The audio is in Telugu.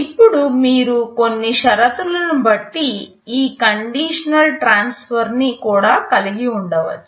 ఇప్పుడు మీరు కొన్ని షరతులను బట్టి ఈ కండిషనల్ ట్రాన్స్ఫర్ ని కూడా కలిగి ఉండవచ్చు